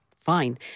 fine